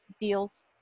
deals